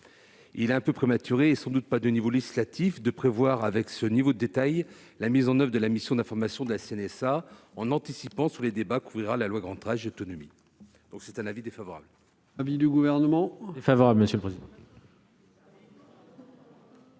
Il est un peu prématuré, et sans doute pas de niveau législatif, de prévoir avec ce niveau de détails la mise en oeuvre de la mission d'information de la CNSA, en anticipant sur les débats qu'ouvrira la loi relative au grand âge et à l'autonomie.